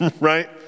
right